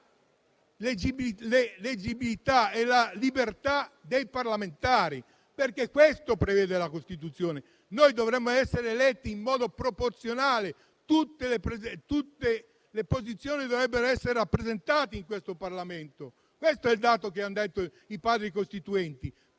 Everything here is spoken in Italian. l'eleggibilità e la libertà dei parlamentari. È questo che prevede la Costituzione. Noi dovremmo essere eletti in modo proporzionale. Tutte le posizioni dovrebbero essere rappresentate in questo Parlamento, ed è il dato che hanno fissato i Padri costituenti